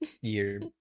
year